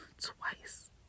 twice